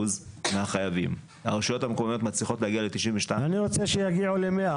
מהחייבים --- אני רוצה שיגיעו ל-100,